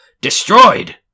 Destroyed